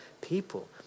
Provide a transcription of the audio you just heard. people